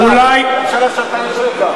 הממשלה שאתה יושב בה.